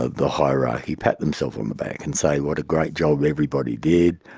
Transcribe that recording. ah the hierarchy pat themselves on the back and say what a great job everybody did,